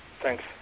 Thanks